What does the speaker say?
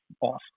awesome